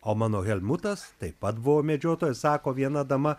o mano helmutas taip pat buvo medžiotojas sako viena dama